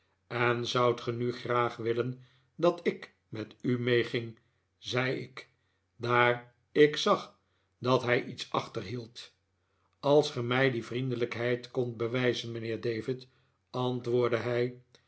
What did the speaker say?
en zoudt ge nu graag willen dat ik met u meeging zei ik daar ik zag dat hij iets achterhield als ge mij die vriendelijkheid kondt bewijzen mijnheer david antwoordde hij